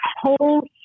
whole